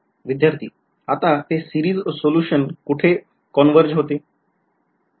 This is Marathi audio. विध्यार्थी आता ते सिरीज सोलुशन कुठे कॉन्व्हर्ज होते